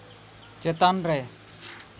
ᱪᱮᱛᱟᱱ ᱨᱮ